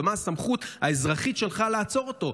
ומה הסמכות האזרחית שלך לעצור אותו.